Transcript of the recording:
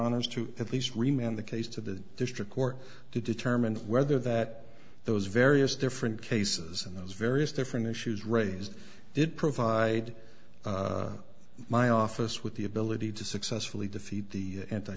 honour's to at least remain on the case to the district court to determine whether that those various different cases and those various different issues raised did provide my office with the ability to successfully defeat the anti